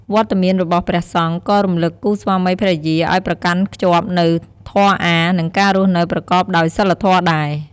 វត្តមានរបស់ព្រះសង្ឃក៏រំលឹកគូស្វាមីភរិយាឲ្យប្រកាន់ខ្ជាប់នូវធម៌អាថ៌ និងការរស់នៅប្រកបដោយសីលធម៌ដែរ។